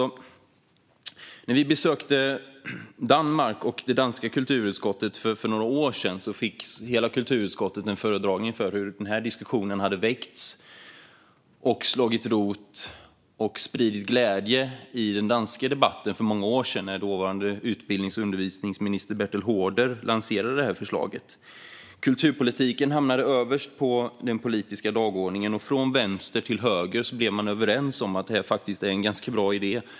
När vi besökte Danmark och det danska kulturutskottet för några år sedan fick hela kulturutskottet en föredragning om hur den här diskussionen hade väckts, slagit rot och spridit glädje i den danska debatten för många år sedan, när dåvarande utbildnings och undervisningsminister Bertel Haarder lanserade förslaget. Kulturpolitiken hamnade överst på den politiska dagordningen, och från vänster till höger blev man överens om att detta faktiskt var en ganska bra idé.